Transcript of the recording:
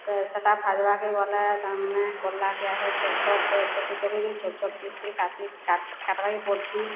ସେଟା ଭାଜ୍ବାକେ ଗଲେ ତାର୍ ମାନେ କର୍ଲାକେ ଆଗ ଛୋଟ୍ ଛୋଟ୍ ଚକି ଚକି କରି ଛୋଟ୍ ଛୋଟ୍ ପିସ୍ କରି କାଟି କାଟ୍ବାକେ ପଡ଼୍ସି